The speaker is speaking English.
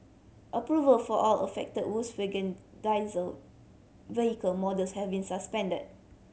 approval for all affected Volkswagen diesel vehicle models have been suspended